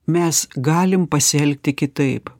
mes galim pasielgti kitaip